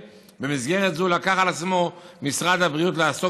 במסגרת זו לקח על עצמו משרד הבריאות לעסוק